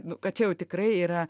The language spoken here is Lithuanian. nu kad čia jau tikrai yra